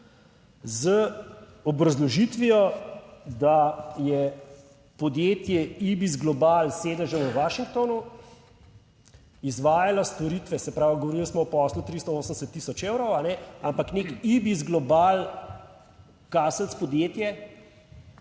z obrazložitvijo, da je podjetje Ibis Global s sedežem v Washingtonu izvajalo storitve, se pravi govorili smo o poslu 380 tisoč evrov, a ne, ampak neki IBIS Global »kaselc« podjetje